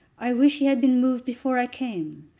i wish he had been moved before i came.